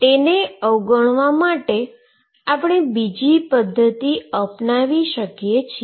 તેને અવગણવા માટે આપણે બીજી પધ્ધતિ અપનાવી શકીએ છીએ